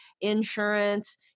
insurance